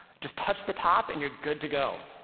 just touch the top and you're good to go.